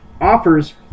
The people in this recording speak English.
offers